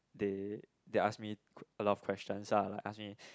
they they asked me a lot of questions lah like ask me